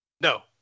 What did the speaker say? No